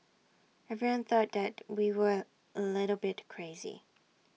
everyone thought that we were A little bit crazy